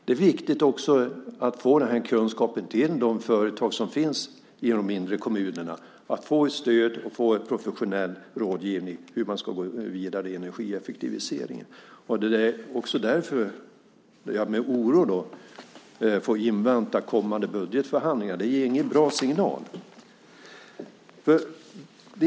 Det är också viktigt att få ut den kunskapen till de företag som finns i de mindre kommunerna, så att de får stöd och professionell rådgivning om hur de ska gå vidare med energieffektiviseringen. Därför inväntar jag med oro kommande budgetförhandlingar. Det ger ingen bra signal.